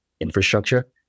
infrastructure